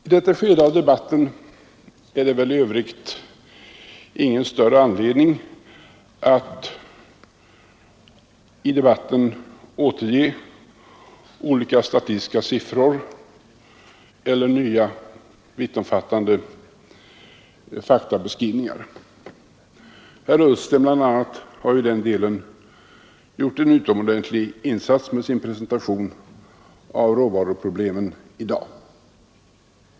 I detta skede av debatten finns väl ingen större anledning att återge olika statistiska uppgifter eller nya vittomfattande faktabeskrivningar. Bl. a. herr Ullsten har i den delen gjort en utomordentlig insats med sin presentation av råvaruproblemen i dag.